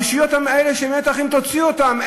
הרשויות האלה אומרות לכם: תוציאו אותם.